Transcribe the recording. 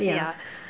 yeah